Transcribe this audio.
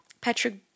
patrick